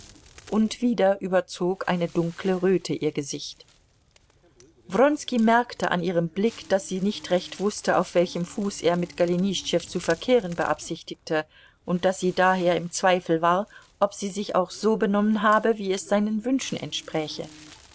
und wieder überzog eine dunkle röte ihr gesicht wronski merkte an ihrem blick daß sie nicht recht wußte auf welchem fuß er mit golenischtschew zu verkehren beabsichtigte und daß sie daher im zweifel war ob sie sich auch so benommen habe wie es seinen wünschen entspräche